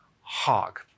hog